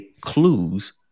clues